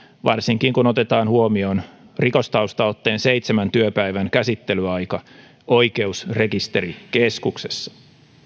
varsinkin kun otetaan huomioon rikostaustaotteen seitsemän työpäivän käsittelyaika oikeusrekisterikeskuksessa